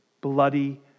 bloody